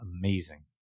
Amazing